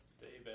David